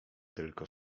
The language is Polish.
tylko